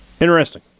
interesting